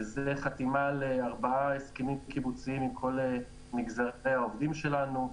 שזה חתימה על ארבעה הסכמים קיבוציים עם כל מגזרי העובדים שלנו.